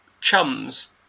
Chums